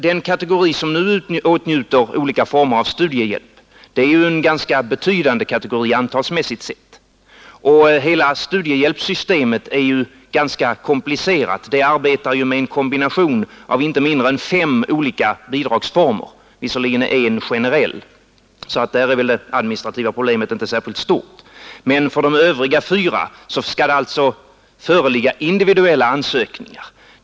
Den kategori som nu åtnjuter olika former av studiehjälp är nämligen en ganska betydande kategori antalsmässigt sett, och hela studiehjälpssystemet är ganska komplicerat. Det arbetar med en kombination av inte mindre än fem olika bidragsformer. Visserligen är en bidragsform generell, så där är väl det administrativa problemet inte särskilt stort, men för de övriga fyra skall det föreligga individuella ansökningar.